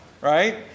right